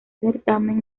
certamen